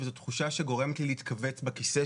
וזאת תחושה שגורמת לי להתכווץ בכיסא,